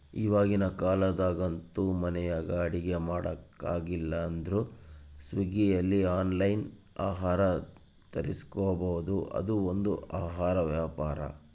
ಇವಾಗಿನ ಕಾಲದಾಗಂತೂ ಮನೆಯಾಗ ಅಡಿಗೆ ಮಾಡಕಾಗಲಿಲ್ಲುದ್ರ ಸ್ವೀಗ್ಗಿಲಾಸಿ ಆನ್ಲೈನ್ಲಾಸಿ ಆಹಾರ ತರಿಸ್ಬೋದು, ಅದು ಒಂದು ಆಹಾರ ವ್ಯಾಪಾರ